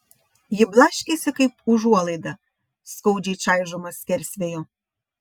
ji blaškėsi kaip užuolaida skaudžiai čaižoma skersvėjo